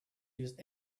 use